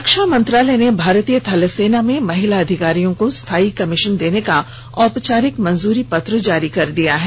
रक्षा मंत्रालय ने भारतीय थलसेना में महिला अधिकारियों को स्थायी कमीशन देने का औपचारिक मंजुरी पत्र जारी कर दिया है